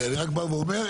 ואומר,